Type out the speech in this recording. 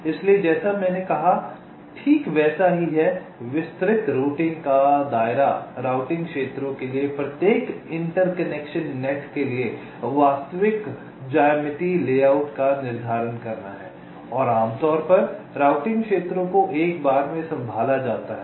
इसलिए जैसा मैंने कहा है ठीक वैसा ही है विस्तृत रूटिंग का दायरा राउटिंग क्षेत्रों के लिए प्रत्येक इंटरकनेक्शन नेट के लिए वास्तविक ज्यामितीय लेआउट का निर्धारण करना है और आमतौर पर राउटिंग क्षेत्रों को एक बार में संभाला जाता है